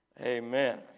amen